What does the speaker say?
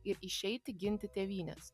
ir išeiti ginti tėvynės